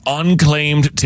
unclaimed